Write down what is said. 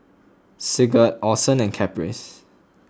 Sigurd Orson and Caprice